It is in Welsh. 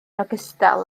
ogystal